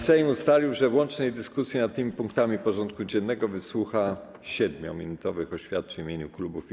Sejm ustalił, że w łącznej dyskusji nad tymi punktami porządku dziennego wysłucha 7-minutowych oświadczeń w imieniu klubów i koła.